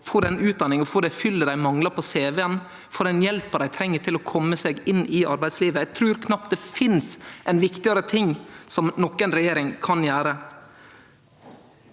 få den utdanninga og det påfyllet dei manglar på cv-en, få den hjelpa dei treng til å kome seg inn i arbeidslivet – eg trur knapt det finst ein viktigare ting som noka regjering kan gjere.